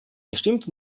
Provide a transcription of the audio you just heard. gestimmt